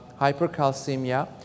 hypercalcemia